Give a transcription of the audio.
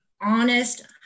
honest